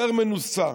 יותר מנוסה,